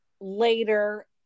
later